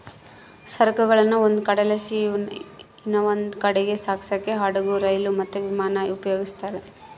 ಸರಕುಗುಳ್ನ ಒಂದು ಕಡೆಲಾಸಿ ಇನವಂದ್ ಕಡೀಗ್ ಸಾಗ್ಸಾಕ ಹಡುಗು, ರೈಲು, ಮತ್ತೆ ವಿಮಾನಾನ ಉಪಯೋಗಿಸ್ತಾರ